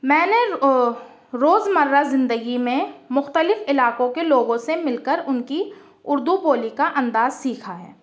میں نے روز مرہ زندگی میں مختلف علاقوں کے لوگوں سے مل کر ان کی اردو بولی کا انداز سیکھا ہے